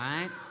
right